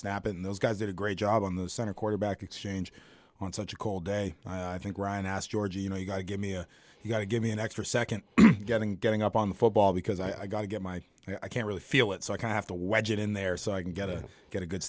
snap and those guys did a great job on the center quarterback exchange on such a cold day and i think ryan asked georgie you know you got to give me a you got to give me an extra second getting getting up on the football because i got to get my i can't really feel it so i have to wedge it in there so i can get a get a good